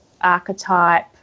archetype